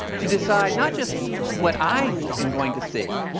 to decide not just what i am going to see,